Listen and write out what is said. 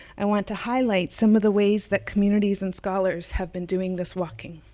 i want to highlight some of the ways that communities and scholars have been doing this walking.